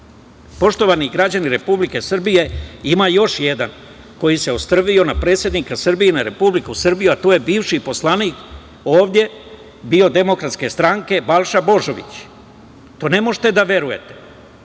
državu. Poštovani građani Republike Srbije, ima još jedan koji se ostrvio na predsednika Srbije i na Republiku Srbiju, a to je bivši poslanik DS, Balša Božović. To ne možete da verujete.